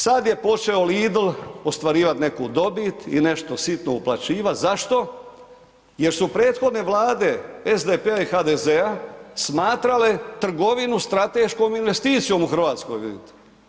Sad je počeo LIDL ostvarivat neku dobit i nešto sitno uplaćivati, zašto, jer su prethodne vlade SDP-a i HDZ-a smatrale trgovinu strateškom investicijom u Hrvatskoj vidite.